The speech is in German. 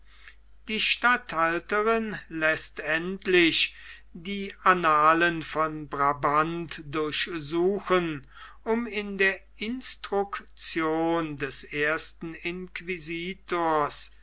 die statthalterin läßt endlich die annalen von brabant durchsuchen um in der instruktion des ersten